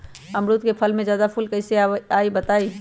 अमरुद क फल म जादा फूल कईसे आई बताई?